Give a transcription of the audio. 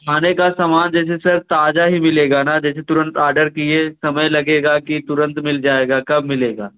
खाने का सामान जैसे सर ताजा ही मिलेगा ना जैसे तुरंत आर्डर किए समय लगेगा कि तुरंत मिल जाएगा कब मिलेगा